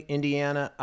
Indiana